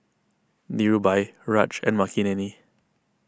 Dhirubhai Raj and Makineni